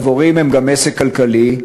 הדבורים הן גם עסק כלכלי,